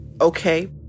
okay